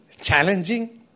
challenging